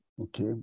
Okay